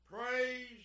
praise